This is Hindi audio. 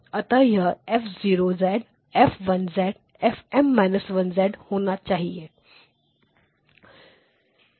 अतः यह F0 F1 FM−1 होना चाहिए